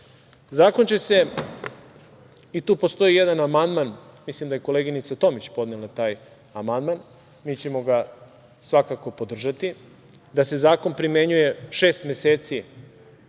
tehnologija. Postoji jedan amandman. Mislim da je koleginica Tomić podnela taj amandman i mi ćemo ga svakako podržati, da se zakon primenjuje šest meseci